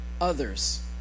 others